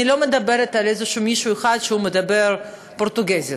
אני לא מדברת על מישהו אחד שמדבר פורטוגזית,